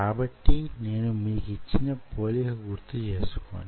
కాబట్టి నేను మీకిచ్చిన పోలిక గుర్తు చేసుకోండి